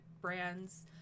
brands